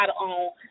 on